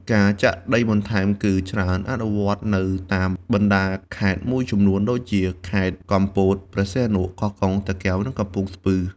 ការចាក់ដីបន្ថែមគឺច្រើនអនុវត្តន៍នៅតាមបណ្តាខេត្តមួយចំនួនដូចជា ខេត្តកំពត ព្រះសីហនុ កោះកុង តាកែវ និងកំពង់ស្ពឺ។